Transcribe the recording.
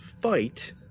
Fight